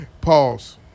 Pause